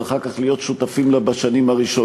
ואחר כך להיות שותפים לה בשנים הראשונות,